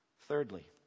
Thirdly